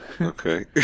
Okay